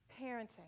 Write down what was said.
parenting